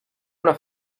una